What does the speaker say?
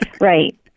Right